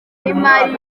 y’imari